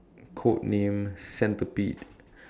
code name centipede